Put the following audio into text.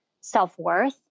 self-worth